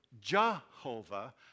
Jehovah